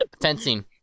Fencing